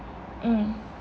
mm